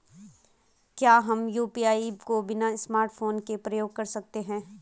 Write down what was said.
क्या हम यु.पी.आई को बिना स्मार्टफ़ोन के प्रयोग कर सकते हैं?